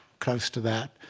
close to that.